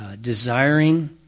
desiring